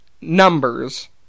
numbers